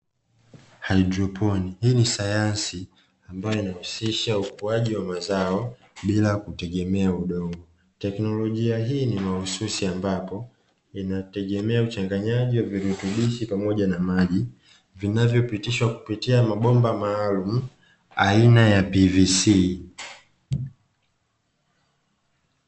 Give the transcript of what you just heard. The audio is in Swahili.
Haidroponi hii ni sayansi ambayo inayohusisha ukuaji wa mazao bila kutegemea udongo, teknolojia hii ni mahususi ambapo inategemea uchanganyaji wa virutubishi pamoja na maji vinavyopitishwa kupitia mabomba maalumu aina ya "pvc".